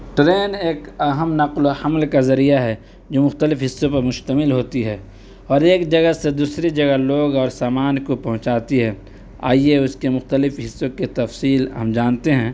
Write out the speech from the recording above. train ایک اہم نقل و حمل کا ذریعہ ہے جو مختلف حصوں پہ مشتمل ہوتی ہے اور ایک جگہ سے دوسری جگہ لوگ اور سامان کو پہنچاتی ہے آئیے اس کے مختلف حصّوں کے تفصیل ہم جانتے ہیں